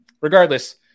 regardless